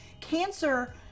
cancer